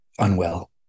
unwell